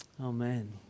Amen